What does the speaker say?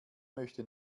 möchte